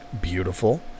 beautiful